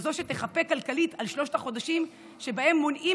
כזאת שתחפה כלכלית על שלושת החודשים שבהם מונעים